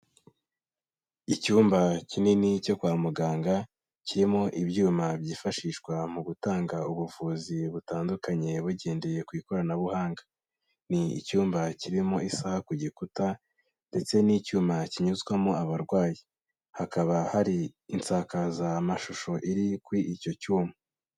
Icyumba kinini cyo kwa muganga, kirimo ibyuma byifashishwa mu gutanga ubuvuzi butandukanye bugendeye ku ikoranabuhanga. Ni icyumba kirimo isaha ku gikuta ndetse n'icyuma kinyuzwamo abarwayi. Hakaba hari isakazamashusho iri kuri icyo cyuma.